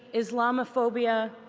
islamophobia,